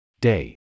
Day